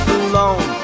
alone